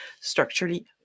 structurally